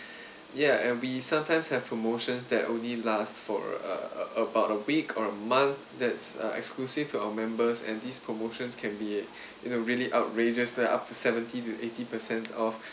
ya and we sometimes have promotions that only last for uh uh uh about a week or a month that's uh exclusive to our members and these promotions can be you know really outrageous like up to seventy to eighty percent off